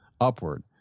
upward